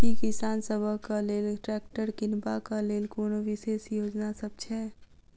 की किसान सबहक लेल ट्रैक्टर किनबाक लेल कोनो विशेष योजना सब छै?